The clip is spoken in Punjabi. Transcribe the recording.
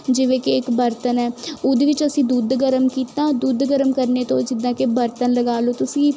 ਜਿਵੇਂ ਕਿ ਇੱਕ ਬਰਤਨ ਹੈ ਉਹਦੇ ਵਿੱਚ ਅਸੀਂ ਦੁੱਧ ਗਰਮ ਕੀਤਾ ਦੁੱਧ ਗਰਮ ਕਰਨ ਤੋਂ ਜਿੱਦਾਂ ਕਿ ਬਰਤਨ ਲਗਾ ਲਓ ਤੁਸੀਂ